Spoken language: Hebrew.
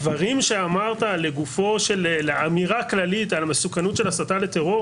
הדברים שאמרת לאמירה כללית על המסוכנות של ההסתה לטרור